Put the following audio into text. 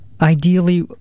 Ideally